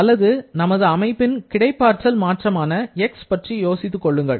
அல்லது நமது அமைப்பின் கிடைப்பார்கள் மாற்றமான X பற்றி யோசித்துக் கொள்ளுங்கள்